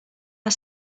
are